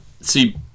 see